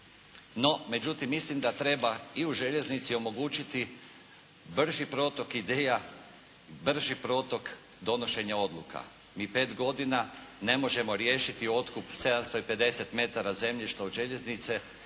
No međutim, mislim da treba i u željeznici omogućiti brži protok ideja, brži protok donošenja odluka. Mi pet godina ne možemo riješiti otkup 750 metara zemljišta od željeznice,